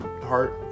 heart